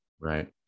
Right